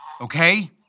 Okay